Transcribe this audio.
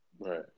Right